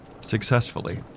successfully